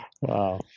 Wow